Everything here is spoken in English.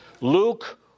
Luke